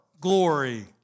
glory